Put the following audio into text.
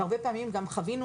והרבה פעמים גם חווינו,